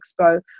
expo